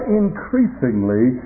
increasingly